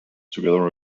together